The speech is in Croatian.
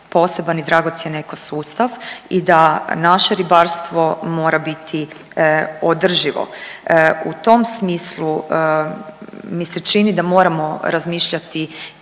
poseban i dragocjen ekosustav i da naše ribarstvo mora biti održivo. U tom smislu mi se čini da moramo razmišljati